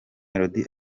melody